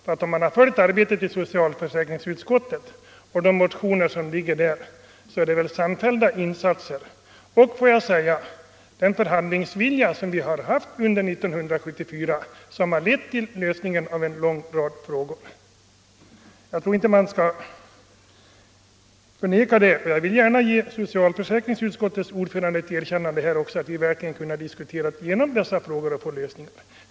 Den som har följt arbetet i socialförsäkringsutskottet vet att samfällda insatser och den förhandlingsvilja som rått under 1974 har lett till lösningen av en lång rad problem. Man skall inte förneka det. Jag vill gärna ge socialförsäkringsutskottets ordförande ett erkännande för att utskottet verkligen har kunnat diskutera igenom dessa frågor och åstadkomma lösningar.